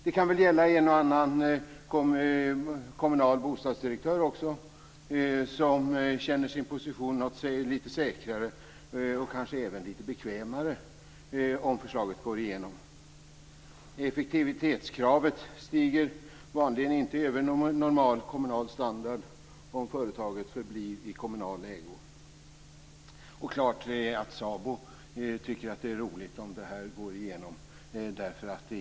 Det kan väl också gälla en och annan kommunal bostadsdirektör som upplever sin position som lite säkrare, och kanske även lite bekvämare, om förslaget går igenom. Effektivitetskravet stiger vanligen inte över normal kommunal standard om företaget förblir i kommunal ägo. Klart är att SABO tycker att det är roligt om det här går igenom.